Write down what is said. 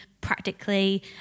practically